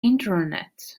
internet